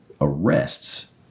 arrests